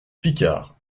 picard